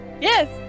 yes